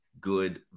good